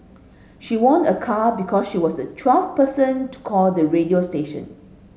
she won a car because she was the twelfth person to call the radio station